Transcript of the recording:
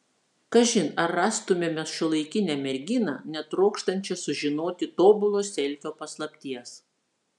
kažin ar rastumėme šiuolaikinę merginą netrokštančią sužinoti tobulo selfio paslapties